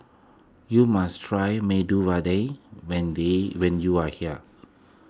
you must try Medu Vada when they when you are here